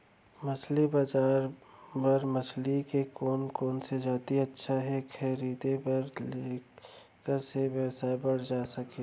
मछली बजार बर मछली के कोन कोन से जाति अच्छा हे खरीदे बर जेकर से व्यवसाय बढ़ सके?